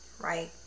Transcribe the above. right